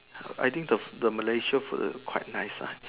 I think the the Malaysia food quite nice lah